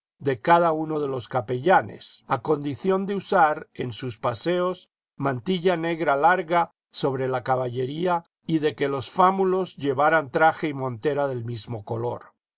de cada uno de los capellanes a condición de usar en sus paseos mantilla negra larga sobre la caballería y de que los fámulos llevaran traje y montera del mismo color